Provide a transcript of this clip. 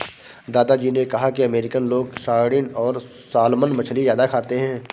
दादा जी ने कहा कि अमेरिकन लोग सार्डिन और सालमन मछली ज्यादा खाते हैं